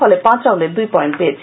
ফলে পাঁচ রাউন্ডে দুই পয়েন্ট পেয়েছে